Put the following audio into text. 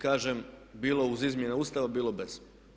Kažem bilo uz izmjene Ustava, bilo bez.